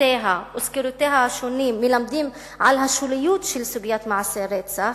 ודוחותיה וסקירותיה השונות מלמדים על השוליות של סוגיית מעשי הרצח,